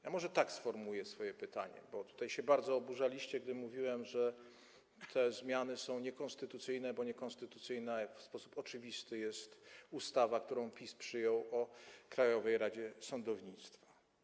Ja może tak sformułuję swoje pytanie, bo tutaj się bardzo oburzaliście, gdy mówiłem, że te zmiany są niekonstytucyjne, bo niekonstytucyjna w sposób oczywisty jest ustawa, którą PiS przyjął, o Krajowej Radzie Sądownictwa.